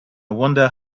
wonder